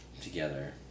together